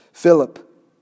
Philip